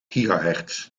gigahertz